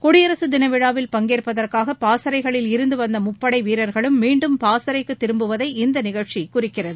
குடியரசு தினவிழாவில் பங்கேற்பதற்காக பாசறைகளில் இருந்து வந்த முப்படை வீரர்களும் மீண்டும் பாசறைக்கு திரும்புவதை இந்த நிகழ்ச்சி குறிக்கிறது